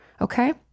Okay